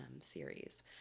series